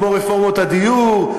כמו רפורמות הדיור,